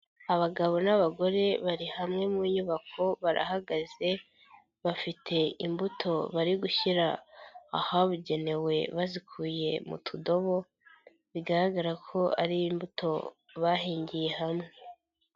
Abagabo n'abagore bari hamwe mu nyubako barahagaze bafite imbuto bari gushyira ahabugenewe, bazikuye mu tudobo bigaragara ko ari imbuto bahingiye hamwe.